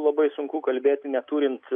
labai sunku kalbėti neturint